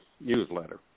newsletter